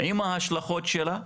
עם ההשלכות שלה.